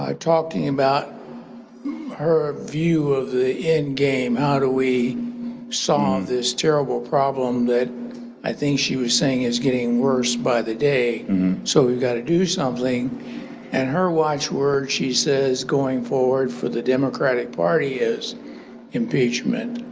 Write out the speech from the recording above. talking about her view of the end game, how do we solve this terrible problem that i think she was saying is getting worse by the day so we got to do something and her watch word she says going forward for the democratic party is impeachment.